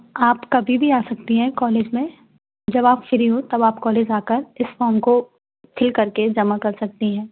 आप कभी भी आ सकती हैं कॉलेज में जब आप फ्री हो तब आप कॉलेज आ कर इस फॉर्म को फिल करके जमा कर सकती हैं